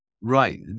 Right